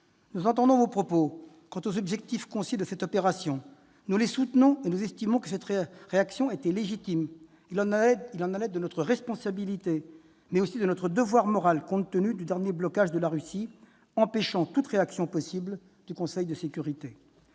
nous entendons vos propos quant aux objectifs concis de cette opération. Nous les soutenons et estimons que cette réaction était légitime. Il y allait de notre responsabilité, mais aussi de notre devoir moral, compte tenu du dernier blocage de la Russie, empêchant toute réaction possible du Conseil de sécurité.